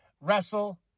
wrestle